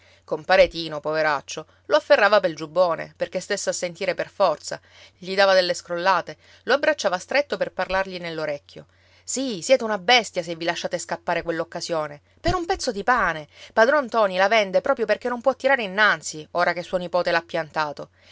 compare tino poveraccio lo afferrava pel giubbone perché stesse a sentire per forza gli dava delle scrollate lo abbracciava stretto per parlargli nell'orecchio sì siete una bestia se vi lasciate scappare quell'occasione per un pezzo di pane padron ntoni la vende proprio perché non può tirare innanzi ora che suo nipote l'ha piantato